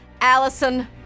Allison